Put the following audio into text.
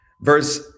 Verse